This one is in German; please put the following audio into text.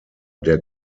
der